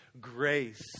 grace